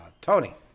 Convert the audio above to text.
Tony